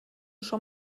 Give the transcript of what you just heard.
schon